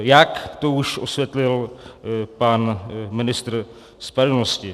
Jak, to už osvětlil pan ministr spravedlnosti.